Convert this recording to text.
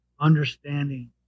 understanding